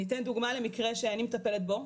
אני אתן דוגמה למקרה שאני מטפלת בו,